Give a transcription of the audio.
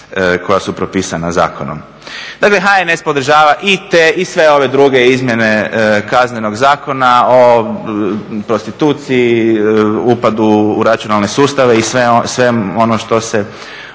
koja su propisana zakonom. Dakle HNS podržava i te i sve ove druge izmjene Kaznenog zakona o prostituciji, upadu u računalne sustave i svemu onome što se